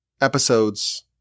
episodes